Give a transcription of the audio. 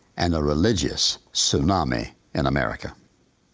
and a religious tsunami in america.